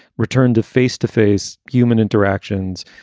returned to face to face human interactions,